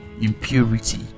impurity